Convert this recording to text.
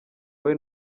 wowe